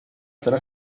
zonas